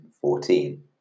fourteen